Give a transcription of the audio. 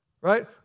right